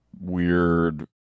weird